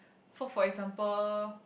so for example